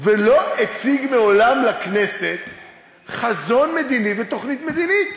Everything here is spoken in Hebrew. ולא מציג אף פעם לכנסת חזון מדיני ותוכנית מדינית?